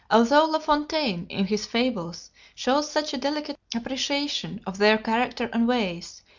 although la fontaine in his fables shows such a delicate appreciation of their character and ways,